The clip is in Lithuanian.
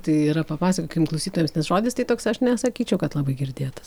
tai yra papasakokim klausytojams nes žodis tai toks aš nesakyčiau kad labai girdėtas